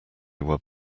were